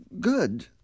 good